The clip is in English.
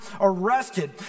arrested